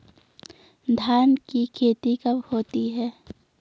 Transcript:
धान की खेती कब होती है?